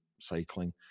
cycling